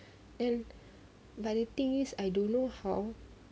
and but the thing is I don't know how